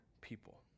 people